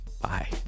Bye